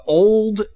old